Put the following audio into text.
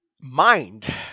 Mind